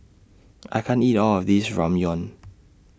I can't eat All of This Ramyeon